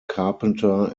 carpenter